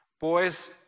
boys